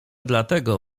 dlatego